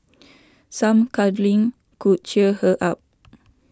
some cuddling could cheer her up